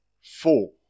Four